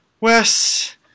Wes